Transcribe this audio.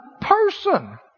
person